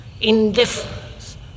indifference